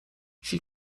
she